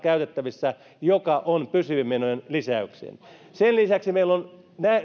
joka on pysyvien menojen lisäykseen sen lisäksi meillä on